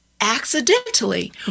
accidentally